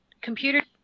computer